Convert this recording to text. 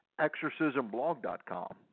ExorcismBlog.com